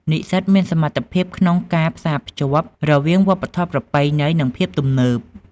និស្សិតមានសមត្ថភាពក្នុងការ ផ្សារភ្ជាប់ រវាងវប្បធម៌ប្រពៃណី និងភាពទំនើប។